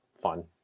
Fun